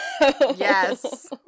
Yes